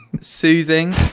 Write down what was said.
Soothing